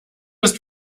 ist